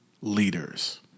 leaders